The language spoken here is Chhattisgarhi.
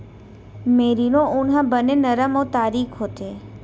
मेरिनो ऊन ह बने नरम अउ तारीक होथे